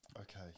Okay